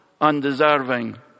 Undeserving